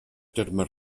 terme